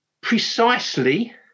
precisely